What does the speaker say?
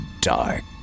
dark